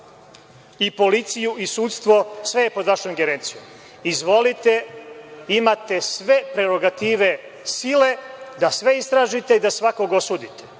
i policiju i sudstvo, sve je pod vašom ingerencijom, izvolite, imate sve prerogative sile da sve istražite i da svakog osudite.